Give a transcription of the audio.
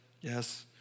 yes